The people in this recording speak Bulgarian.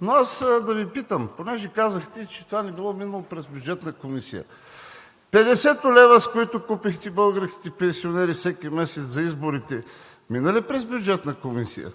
но аз да Ви питам, понеже казахте, че това не било минало през Бюджетната комисия. Петдесетте лева, с които купихте българските пенсионери всеки месец за изборите, минаха ли през Бюджетната комисия?